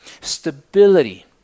stability